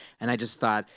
and i just thought,